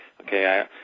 okay